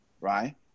right